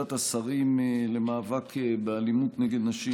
ועדת השרים למאבק באלימות נגד נשים,